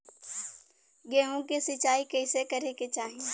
गेहूँ के सिंचाई कइसे करे के चाही?